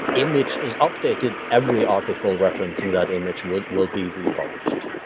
image is updated, every article referencing that image will will be republished